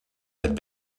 had